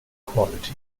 quality